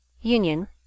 Union